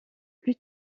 plus